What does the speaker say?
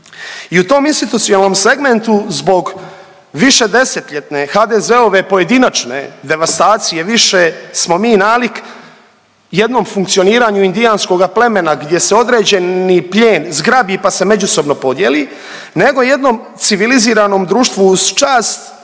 I u tom institucionalnom segmentu zbog višedesetljetne HDZ-ove pojedinačne devastacije više smo mi nalik jednom funkcioniraju indijanskoga plemena gdje se određeni plijen zgrabi pa se međusobno podijeli nego jednom civiliziranom društvu uz čast,